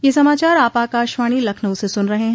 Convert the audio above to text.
ब्रे क यह समाचार आप आकाशवाणी लखनऊ से सुन रहे हैं